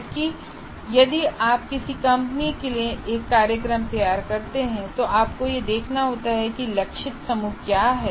जबकि यदि आप किसी कंपनी के लिए एक कार्यक्रम तैयार करते हैं तो आपको यह देखना होगा कि लक्षित समूह क्या है